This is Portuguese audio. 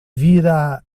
virá